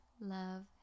love